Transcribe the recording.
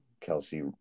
Kelsey